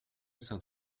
saint